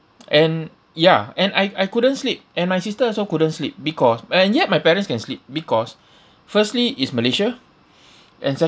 and ya and I I couldn't sleep and my sister also couldn't sleep because and yet my parents can sleep because firstly is malaysia and